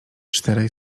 czterej